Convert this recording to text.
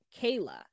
Kayla